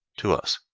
to us.